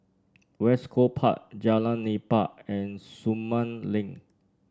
West Coast Park Jalan Nipah and Sumang Link